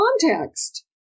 context